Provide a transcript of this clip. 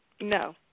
No